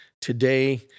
Today